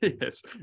Yes